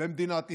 במדינת ישראל,